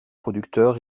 producteurs